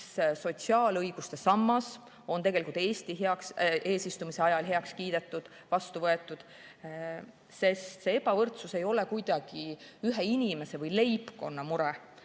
Miks sotsiaalõiguste sammas on tegelikult Eesti eesistumise ajal heaks kiidetud, vastu võetud? Sest see ebavõrdsus ei ole kuidagi ühe inimese või leibkonna mure.